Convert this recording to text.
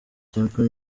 temple